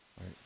right